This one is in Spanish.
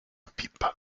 pipa